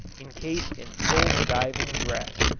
incased in full diving-dress,